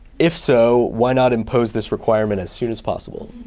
if so, why not impose this requirement as soon as possible?